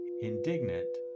indignant